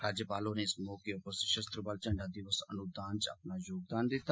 राज्यपाल होरें इस मौके उप्पर सषस्त्र बल झंडा दिवस अनुदान च अपना योगदान दिता